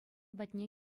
патне